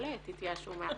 אל תתייאשו מהתחלה.